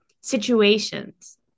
situations